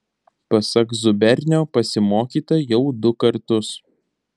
pasak zubernio pasimokyta jau du kartus